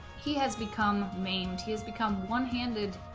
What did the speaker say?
he has become maimed he has become one-handed